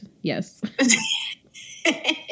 Yes